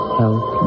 help